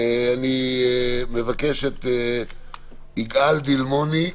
אני מבקש להעלות את יגאל דילמוני,